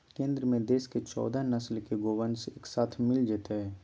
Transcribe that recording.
केंद्र में देश के चौदह नस्ल के गोवंश एके साथ मिल जयतय